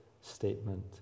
statement